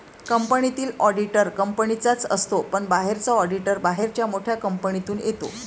कंपनीतील ऑडिटर कंपनीचाच असतो पण बाहेरचा ऑडिटर बाहेरच्या मोठ्या कंपनीतून येतो